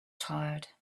tired